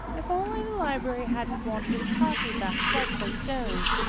if only the library hadn't wanted its copy back quite so soon!